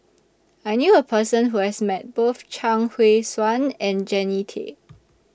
I knew A Person Who has Met Both Chuang Hui Tsuan and Jannie Tay